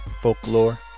folklore